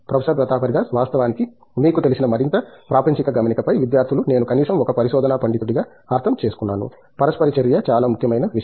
professor Pratap Haridas వాస్తవానికి మీకు తెలిసిన మరింత ప్రాపంచిక గమనికపై విద్యార్థులు నేను కనీసం ఒక పరిశోధనా పండితుడిగా అర్థం చేసుకున్నాను పరస్పర చర్య చాలా ముఖ్యమైన విషయం